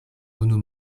unu